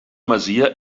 masia